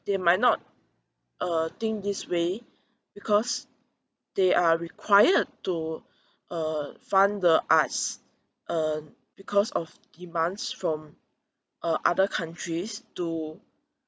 they might not uh think this way because they are required to uh fund the arts uh because of demands from uh other countries to